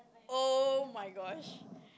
oh my gosh